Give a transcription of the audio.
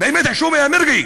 באמת חשומה, יא מרגי.